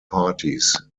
parties